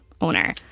owner